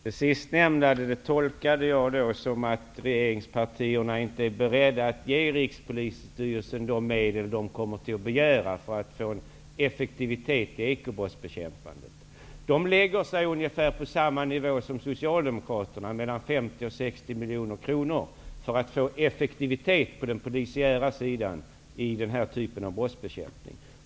Herr talman! Det sistnämnda tolkade jag så att regeringspartierna inte är beredda att ge Rikspolisstyrelsen de medel de kommer att begära för att få effektivitet i ekobrottsbekämpandet. De lägger sig ungefär på samma nivå som Socialdemokraterna, dvs. 50--60 miljoner kronor, för att vid den här typen av brottsbekämpning få effektivitet när det gäller den polisiära sidan.